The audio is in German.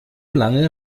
lange